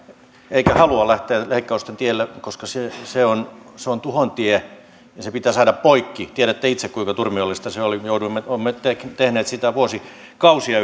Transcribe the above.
eikä halua lähteä leikkausten tielle koska se on se on tuhon tie ja se pitää saada poikki tiedätte itse kuinka turmiollista se oli me olemme tehneet sitä vuosikausia